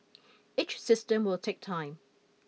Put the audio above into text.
each system will take time